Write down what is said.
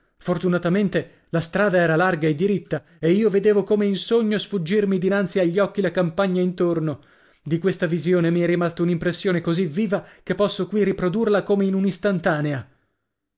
fortunatamente la strada era larga e diritta e io vedevo come in sogno sfuggirmi dinanzi agli occhi la campagna intorno di questa visione mi è rimasta un'impressione così viva che posso qui riprodurla come in